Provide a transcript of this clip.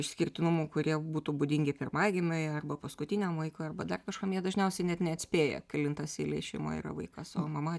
išskirtinumų kurie būtų būdingi pirmagimiui arba paskutiniam vaikui arba dar kažkam jie dažniausiai net neatspėja kelintas eilėj šeimoje yra vaikas o mama